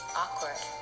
awkward